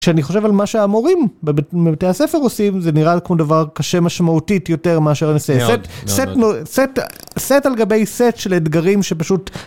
כשאני חושב על מה שהמורים בבתי הספר עושים זה נראה כמו דבר קשה משמעותית יותר מאשר... על גבי סט של אתגרים שפשוט.